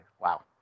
Wow